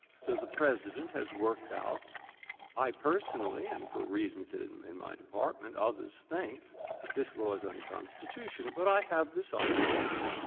so the president has worked out i, personally, and for reasons in in my department, others think that this law is unconstitutional, but i have this obligation.